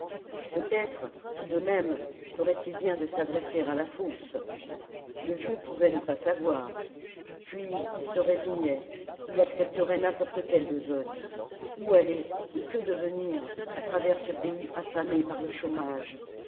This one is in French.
peut-être tout de même ferait-il bien de s'adresser à la fosse le vieux pouvait ne pas savoir puis il se résignait il accepterait n'importe quelle besogne où aller et que devenir à travers ce pays affamé par le chômage